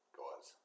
guys